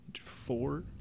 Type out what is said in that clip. Four